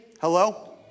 hello